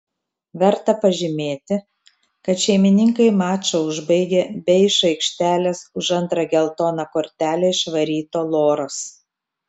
verta pažymėti kad šeimininkai mačą užbaigė be iš aikštės už antrą geltoną kortelę išvaryto loros